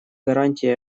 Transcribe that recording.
гарантий